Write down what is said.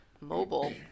mobile